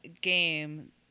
game